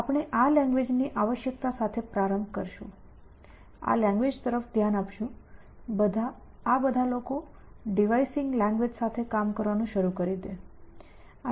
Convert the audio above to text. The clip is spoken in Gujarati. આપણે આ લેંગ્વેજ ની આવશ્યકતા સાથે પ્રારંભ કરશું આ લેંગ્વેજ તરફ ધ્યાન આપશું આ બધા લોકો ડિવાઈસિંગ લેંગ્વેજ સાથે કામ કરવાનું શરૂ કરી દે